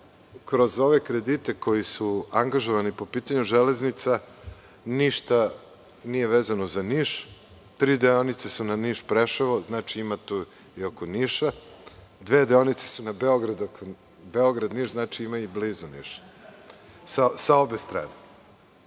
kroz ove kredite koji su angažovani po pitanju železnica, ništa nije vezano za Niš. Tri deonice su na Niš–Preševo. Ima tu i oko Niša. Dve deonice su Beograd-Niš. Znači, ima i blizu Niša, sa obe strane.